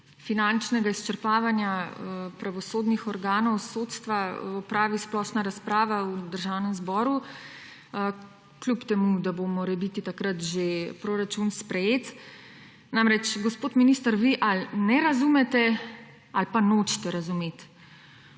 finančnega izčrpavanja pravosodnih organov sodstva opravi splošna razprava v Državnem zboru, kljub temu da bo morebiti takrat že proračun sprejet. Gospod minister, vi ali ne razumete ali pa nočete razumeti,